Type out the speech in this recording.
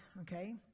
okay